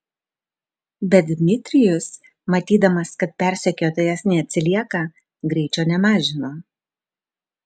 bet dmitrijus matydamas kad persekiotojas neatsilieka greičio nemažino